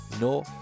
no